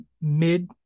Mid